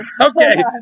Okay